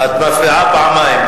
את מפריעה פעמיים.